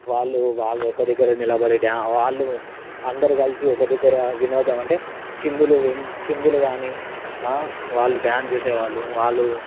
వాళ్ళు ఒక్కదగ్గర నిలబడి డ్యా వాళ్ళు అందరు కలిసి ఒక దగ్గర వినోదం అంటే చిందులు చిందులు కానీ వాళ్ళు డ్యాన్స్ చేసే వాళ్ళు